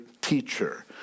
teacher